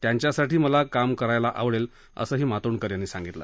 त्याच्यासाठी मला काम करायला आवडेल असं मातोंडकर यांनी सांगितलं